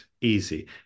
easy